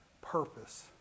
purpose